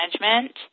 management